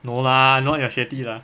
no lah not your 学弟 lah